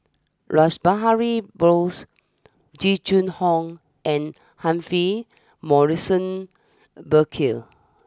Rash Behari Bose Jing Jun Hong and Humphrey Morrison Burkill